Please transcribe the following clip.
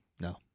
No